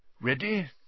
Ready